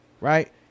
right